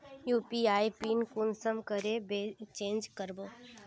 UPI pin कुंसम करे change करबो?